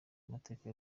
amateka